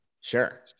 Sure